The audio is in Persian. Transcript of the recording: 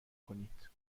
کنید